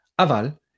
Aval